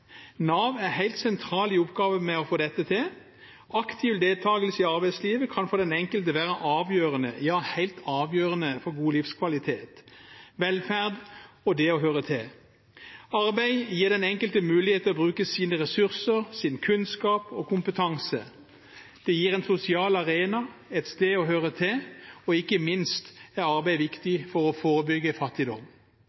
Nav er helt sentral i oppgaven med å få dette til. Aktiv deltakelse i arbeidslivet kan for den enkelte være avgjørende – ja, helt avgjørende – for god livskvalitet, velferd og det å høre til. Arbeid gir den enkelte mulighet til å bruke sine ressurser, sin kunnskap og kompetanse. Det gir en sosial arena, et sted å høre til, og ikke minst er arbeid viktig